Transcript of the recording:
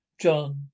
john